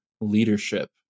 leadership